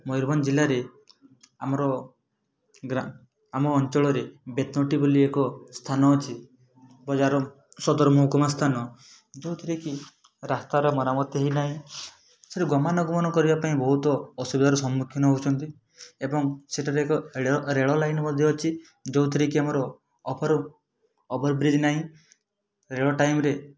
ମୟୂରଭଞ୍ଜ ଜିଲ୍ଲାରେ ଆମର ଗ୍ରା ଆମ ଅଞ୍ଚଳରେ ବେତନଟି ବୋଲି ଏକ ସ୍ଥାନ ଅଛି ବଜାର ସଦରମହକୁମା ସ୍ଥାନ ଯେଉଁଥିରେ କି ରାସ୍ତାର ମରାମତି ହେଇନାହିଁ ସେଥିରେ ଗମନାଗମନ କରିବା ପାଇଁ ବହୁତ ଅସୁବିଧାର ସମ୍ମୁଖିନ ହେଉଛନ୍ତି ଏବଂ ସେଠାରେ ଏକ ରେଳ ରେଳ ଲାଇନ୍ ମଧ୍ୟ ଅଛି ଯେଉଁଥିରେ କି ଆମର ଓଭର୍ ଓଭର୍ ବ୍ରିଜ୍ ନାହିଁ ରେଳ ଟାଇମ୍ ରେ